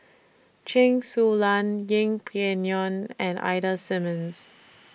Chen Su Lan Yeng Pway Ngon and Ida Simmons